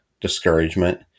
discouragement